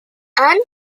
anne